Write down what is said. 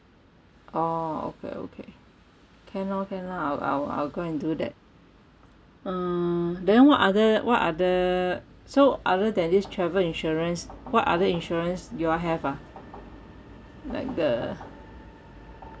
orh okay okay can lor can lah I'll I'll go and do that uh then what other what other so other than this travel insurance what other insurance you all have ah like the